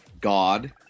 God